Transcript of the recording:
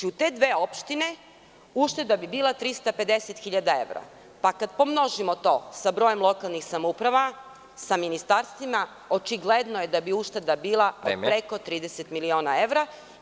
U te dve opštine ušteda bi bila 350 hiljada evra, pa kada to pomnožimo sa brojem lokalnih samouprava, sa ministarstvima, očigledno je da bi ušteda bila preko 30 miliona evra.